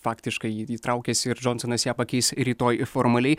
faktiškai ji traukiasi ir džonsonas ją pakeis rytoj formaliai